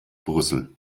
brüssel